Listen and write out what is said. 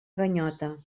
ganyota